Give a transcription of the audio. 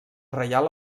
reial